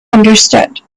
understood